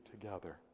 together